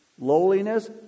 Lowliness